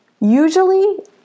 Usually